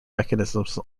mechanisms